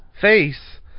face